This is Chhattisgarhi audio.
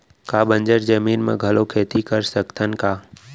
का बंजर जमीन म घलो खेती कर सकथन का?